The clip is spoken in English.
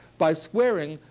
by squaring,